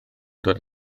dod